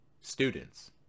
students